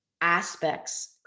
aspects